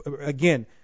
again